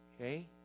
Okay